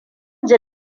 ji